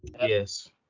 Yes